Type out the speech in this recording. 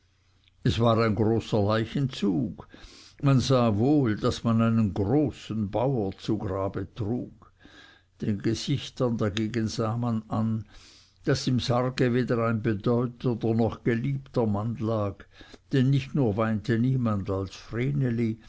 es war ein großer leichenzug man sah wohl daß man einen großen bauer zu grabe trug den gesichtern dagegen sah man an daß im sarge weder ein bedeutender noch geliebter mann lag denn nicht nur weinte niemand als